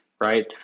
right